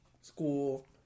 school